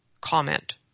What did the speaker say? comment